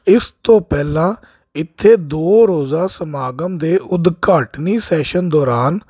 ਇਸ ਤੋਂ ਪਹਿਲਾਂ ਇੱਥੇ ਦੋ ਰੋਜ਼ਾ ਸਮਾਗਮ ਦੇ ਉਦਘਾਟਨੀ ਸੈਸ਼ਨ ਦੌਰਾਨ